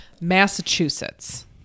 Massachusetts